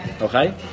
okay